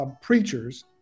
Preachers